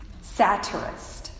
Satirist